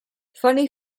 funny